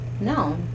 No